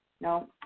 No